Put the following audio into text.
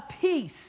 peace